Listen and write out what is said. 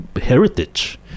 Heritage